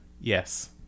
Yes